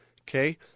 Okay